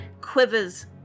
quivers